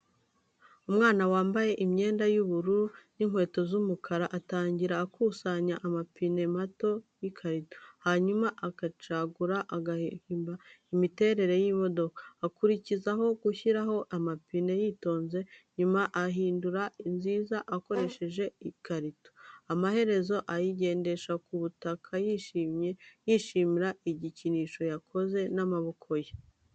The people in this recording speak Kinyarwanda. Umwana wambaye imyenda y’ubururu n’inkweto z’umukara atangira akusanya amapine mato n’ikarito. Hanyuma acagagura agahimba imiterere y’imodoka. Akurikizaho gushyiraho amapine yitonze. Nyuma ayihindura nziza akoresheje ikarito. Amaherezo, ayigendesha ku butaka yishimye, yishimira igikinisho yakoze n’amaboko ye.